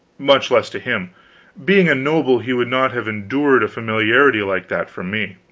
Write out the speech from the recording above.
much less to him being a noble, he would not have endured a familiarity like that from me.